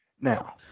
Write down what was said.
Now